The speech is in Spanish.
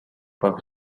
bajo